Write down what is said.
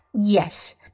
Yes